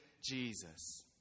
Jesus